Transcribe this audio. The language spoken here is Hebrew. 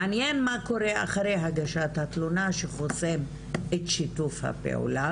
מעניין מה קורה אחרי הגשת התלונה שחוסם את שיתוף הפעולה